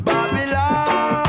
Babylon